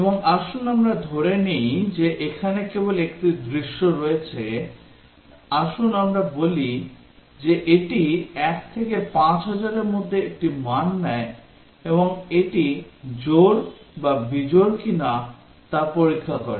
এবং আসুন আমরা ধরে নিই যে এখানে কেবল একটি দৃশ্য রয়েছে আসুন আমরা বলি যে এটি 1 থেকে 5000র মধ্যে একটি মান নেয় এবং এটি জোড় বা বিজোড় কিনা তা পরীক্ষা করে